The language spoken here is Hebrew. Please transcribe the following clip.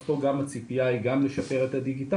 אז פה הציפייה היא גם לשפר את הדיגיטציה.